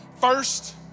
first